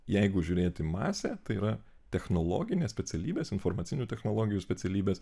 jeigu žiūrėt į masę tai yra technologines specialybes informacinių technologijų specialybes